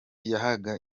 yahaga